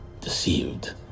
deceived